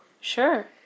Sure